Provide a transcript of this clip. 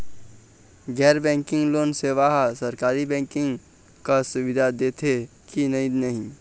गैर banking loan सेवा हा सरकारी बैंकिंग कस सुविधा दे देथे कि नई नहीं?